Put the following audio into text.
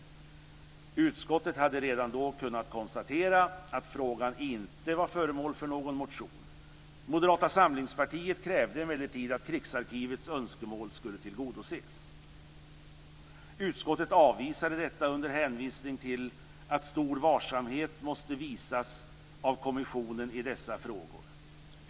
Utskottet hade redan då kunnat konstatera att frågan inte var föremål för någon motion. Moderata samlingspartiet krävde emellertid att Krigsarkivets önskemål skulle tillgodoses. Utskottet avvisade detta med hänvisning till att stor varsamhet måste visas av kommissionen i dessa frågor.